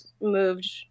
moved